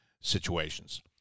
situations